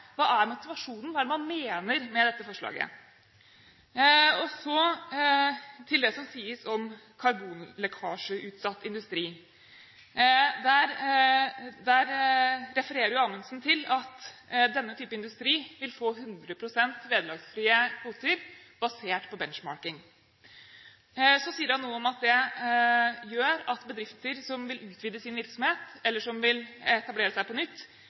Hva er motivasjonen, hva er det man mener med dette forslaget? Så til det som sies om karbonlekkasjeutsatt industri: Amundsen refererer til at denne type industri vil få 100 pst. vederlagsfrie kvoter basert på benchmarking. Så sier han noe om at det gjør at bedrifter som vil utvide sin virksomhet, eller som vil etablere seg på nytt,